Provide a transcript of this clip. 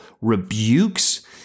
rebukes